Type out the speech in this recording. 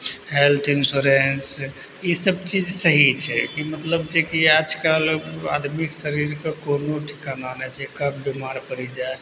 health insurance ईसभ चीज सही छै कि मतलब छै कि आजकल आदमीके शरीरके कोनो ठिकाना नहि छै कब बीमार पड़ि जाइत